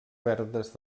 verdes